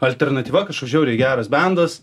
alternatyva kažkas žiauriai geras bendas